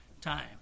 time